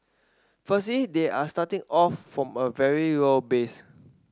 firstly they are starting off from a very low base